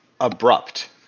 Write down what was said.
abrupt